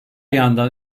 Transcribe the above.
yandan